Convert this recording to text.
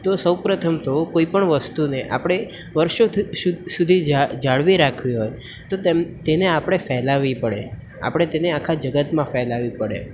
તો સૌપ્રથમ તો કોઈ પણ વસ્તુને આપણે વર્ષો શું સું સુધી જા જાળવી રાખવી હોય તો તેમ તેને આપણે ફેલાવી પડે આપણે તેને આખા જગતમાં ફેલાવવી પડે